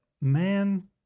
man